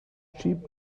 cheap